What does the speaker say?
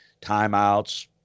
timeouts